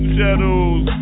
Shadows